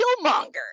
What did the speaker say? killmonger